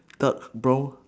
dark brown